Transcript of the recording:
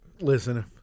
Listen